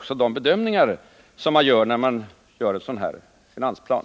och de bedömningar som ligger till grund för den.